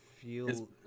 feel